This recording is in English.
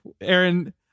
aaron